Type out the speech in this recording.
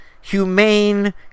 Humane